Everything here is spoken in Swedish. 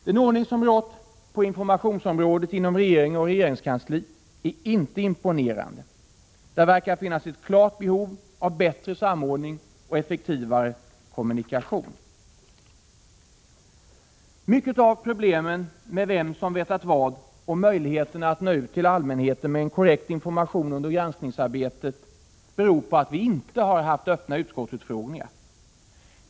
Den ordning som rått på informationsområdet inom regering och regeringskansli är inte imponerande. Det verkar finnas ett klart behov av bättre samordning och effektivare kommunikation. Många av problemen med vem som vetat vad och möjligheterna att nå ut till allmänheten med en korrekt information under granskningsarbetet beror på att vi inte har haft öppna utskottsutfrågningar.